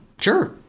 Sure